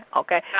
okay